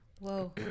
Whoa